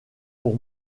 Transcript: pour